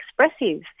expressive